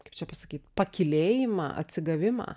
kaip čia pasakyt pakylėjimą atsigavimą